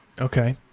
Okay